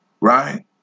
right